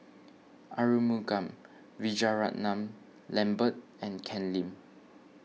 Arumugam Vijiaratnam Lambert and Ken Lim